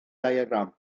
diagram